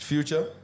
Future